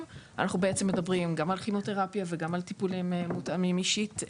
אנחנו מדברים גם על כימותרפיה וגם על טיפולים מותאמים אישית,